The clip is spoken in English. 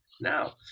Now